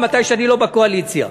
כאשר אני לא בקואליציה.